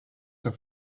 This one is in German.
der